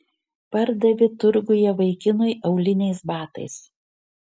pardavė turguje vaikinui auliniais batais